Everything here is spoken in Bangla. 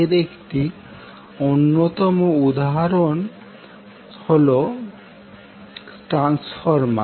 এর একটি অন্যতম উদাহরণ হলো ট্রান্সফর্মার